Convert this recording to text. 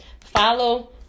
follow